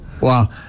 Wow